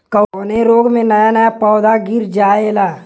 कवने रोग में नया नया पौधा गिर जयेला?